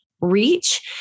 reach